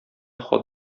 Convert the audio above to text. хат